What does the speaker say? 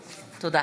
תודה.